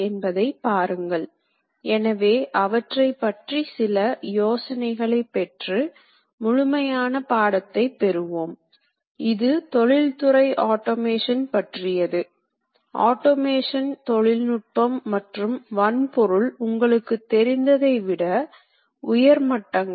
குறிப்பாக உருவாக்கத்திற்கு இவற்றை பயன்படுத்தி இயக்கிகள் எவ்வாறு உணரப்படுகிறது என்று பின்னர் டிரைவ் தொழில்நுட்பம் பற்றி படிக்கும் போது அறிந்து கொள்வோம்